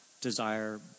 desire